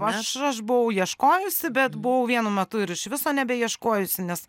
aš aš buvau ieškojusi bet buvau vienu metu ir iš viso nebeieškojusi nes